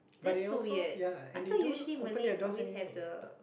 that's so weird I thought usually Malays always have the